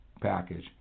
package